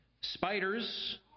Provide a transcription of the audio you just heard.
Spiders